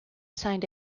signed